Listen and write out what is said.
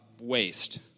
waste